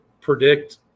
predict